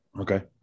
Okay